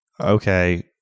okay